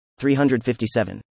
357